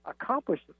accomplish